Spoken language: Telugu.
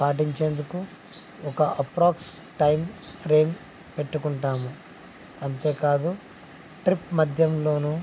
పాటించేందుకు ఒక అప్రాక్స్ టైం ఫ్రేమ్ పెట్టుకుంటాము అంతేకాదు ట్రిప్ మధ్యలోనూ